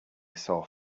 sore